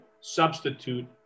substitute